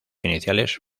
iniciales